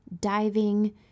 diving